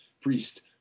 priest